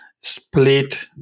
split